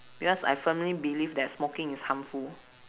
because I firmly believe that smoking is harmful